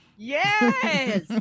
Yes